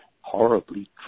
horribly